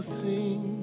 sing